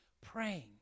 praying